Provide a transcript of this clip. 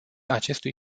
acestui